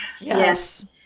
Yes